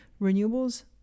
renewables